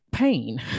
pain